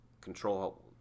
control